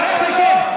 איפה היושב-ראש עכשיו?